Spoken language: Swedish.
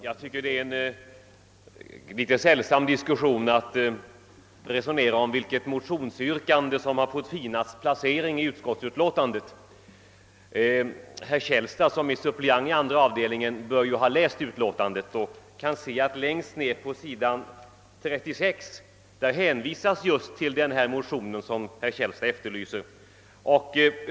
Herr talman! Det är något sällsamt att diskutera vilket motionsyrkande som fått den finaste placeringen i utskottsutlåtandet. Herr Källstad som är suppleant i andra avdelningen bör ju ha läst utlåtandet och veta att det längst ned på s. 36 hänvisas till just den motion som han ville ha omnämnd.